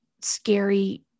scary